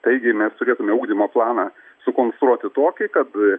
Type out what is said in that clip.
taigi mes turėtume ugdymo planą sukonstruoti tokį kad